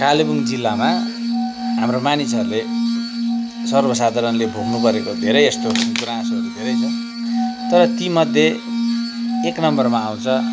कालेबुङ जिल्लामा हाम्रो मानिसहरूले सर्वसाधारणले भोग्नु परेको धेरै यस्तो गुनासोहरू धेरै छ तर तीमध्ये एक नम्बरमा आउँछ